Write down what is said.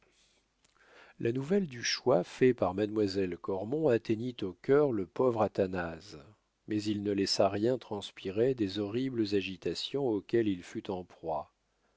la nouvelle du choix fait par mademoiselle de cormon atteignit au cœur le pauvre athanase mais il ne laissa rien transpirer des horribles agitations auxquelles il fut en proie